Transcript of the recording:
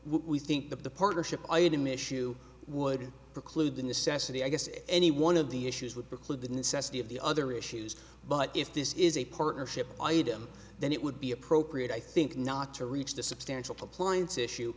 we think the partnership i had an issue would preclude the necessity i guess any one of the issues would preclude the necessity of the other issues but if this is a partnership item then it would be appropriate i think not to reach the substantial compliance issue